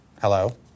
Hello